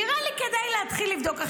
נראה לי שכדאי להתחיל לבדוק.